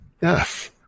Yes